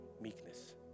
meekness